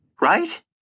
right